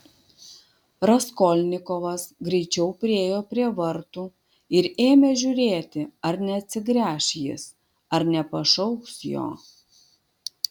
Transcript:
raskolnikovas greičiau priėjo prie vartų ir ėmė žiūrėti ar neatsigręš jis ar nepašauks jo